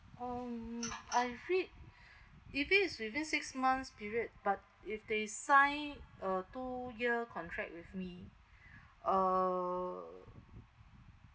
um uh if it if it's within six months period but if they sign a two year contract with me uh